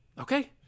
Okay